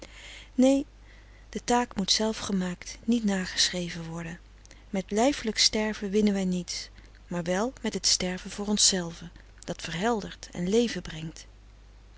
neen de taak moet zelf gemaakt niet nageschreven worden met lijfelijk sterven winnen wij niets maar wel met het sterven voor ons zelven dat verheldert en leven brengt